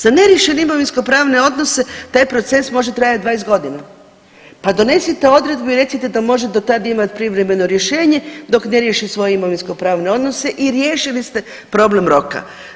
Za neriješene imovinskopravne odnose taj proces može trajat 20.g., pa donesite odredbu i recite da može do tad imat privremeno rješenje dok ne riješi svoje imovinskopravne odnose i riješili ste problem roka.